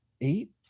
Eight